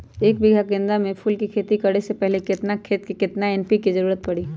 एक बीघा में गेंदा फूल के खेती करे से पहले केतना खेत में केतना एन.पी.के के जरूरत परी?